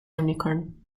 unicorn